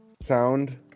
sound